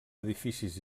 edificis